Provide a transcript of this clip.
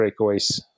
breakaways